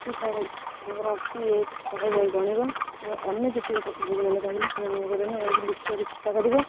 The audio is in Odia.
ସେ ତା ତାଙ୍କର ଅଛି ଶହେ ଯାଇ ଗଣିବ ଏବଂ ଅନ୍ୟ ଯେତିକ ପ୍ରତିଯୋଗୀମାନେ ରହିଲେ ସେମାନଙ୍କୁ ନା ଯାଇକି ଲୁଚିବାକୁ ଚେଷ୍ଟା କରିବେ